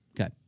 Okay